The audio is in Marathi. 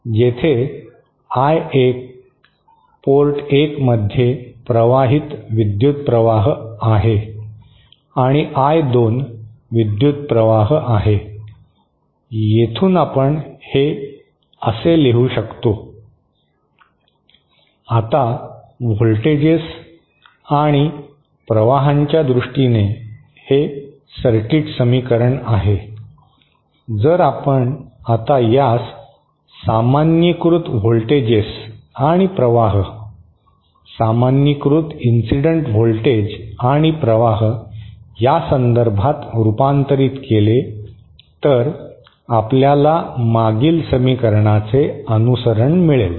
जेथे आय 1 पोर्ट 1 मध्ये प्रवाहित विद्युत प्रवाह आहे आणि आय 2 विद्युत प्रवाह आहे येथून आपण हे असे लिहू शकतो आता व्होल्टेजेस आणि प्रवाहांच्या दृष्टीने हे सर्किट समीकरण आहे जर आपण आता यास सामान्यीकृत व्होल्टेजेस आणि प्रवाह सामान्यीकृत इन्सिडेंट व्होल्टेज आणि प्रवाह या संदर्भात रूपांतरित केले तर आपल्याला मागील समीकरणाचे अनुसरण मिळेल